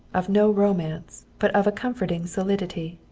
of no romance, but of a comforting solidity.